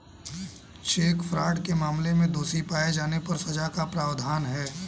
check fraud के मामले में दोषी पाए जाने पर सजा का प्रावधान है